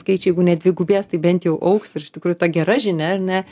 skaičiai jeigu ne dvigubės tai bent jau augs ir iš tikrųjų ta gera žinia ar ne